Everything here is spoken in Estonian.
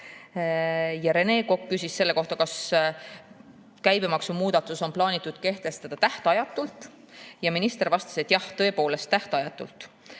Rene Kokk küsis selle kohta, kas käibemaksumuudatus on plaanitud kehtestada tähtajatult. Minister vastas, et jah, tõepoolest tähtajatult.